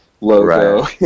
logo